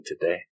today